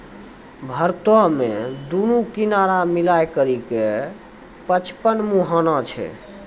भारतो मे दुनू किनारा मिलाय करि के पचपन मुहाना छै